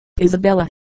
Isabella